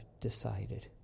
decided